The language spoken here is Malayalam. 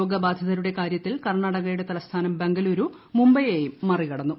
രോഗബാധിതരുടെ കാര്യത്തിൽ കർണാടക തലസ്ഥാനം ബംഗളൂരു മുംബൈയെയും മറികടന്നു